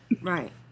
Right